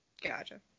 Gotcha